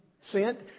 sent